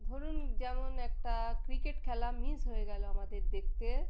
ধরুন যেমন একটা ক্রিকেট খেলা মিস হয়ে গেল আমাদের দেখতে